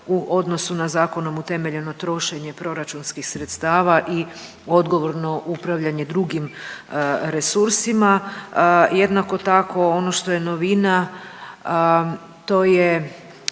u odnosu na zakonom utemeljeno trošenje proračunskih sredstava i odgovorno upravljanje drugim resursima. Jednako tako ono što je novina to je